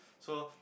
so